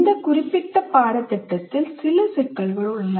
இந்த குறிப்பிட்ட பாடத்திட்டத்தில் சில சிக்கல்கள் உள்ளன